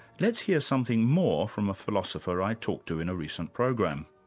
let's hear something more from a philosopher i talked to in a recent program.